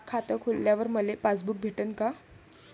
खातं खोलल्यावर मले पासबुक भेटन का?